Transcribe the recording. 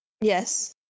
Yes